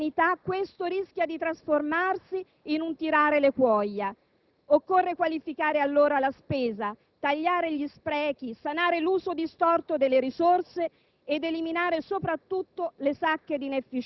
Ciò che oggi più di tutto chiede il Paese è un credibile governo dei servizi sanitari, un governo capace di soddisfare efficacemente la domanda al bisogno di assistenza.